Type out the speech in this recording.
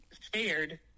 scared